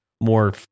more